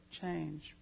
change